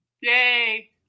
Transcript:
Yay